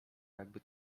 jakby